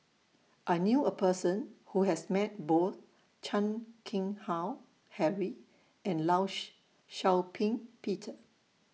I knew A Person Who has Met Both Chan Keng Howe Harry and law She Shau Ping Peter